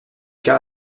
cas